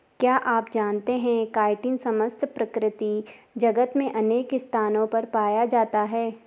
क्या आप जानते है काइटिन समस्त प्रकृति जगत में अनेक स्थानों पर पाया जाता है?